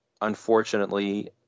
unfortunately